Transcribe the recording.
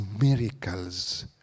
miracles